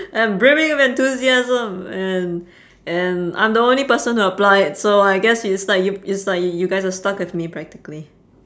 I'm brimming with enthusiasm and and I'm the only person who applied so I guess it's like y~ it's like y~ you guys are stuck with me practically